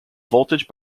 voltage